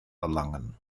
erlangen